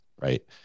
right